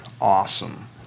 Awesome